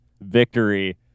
victory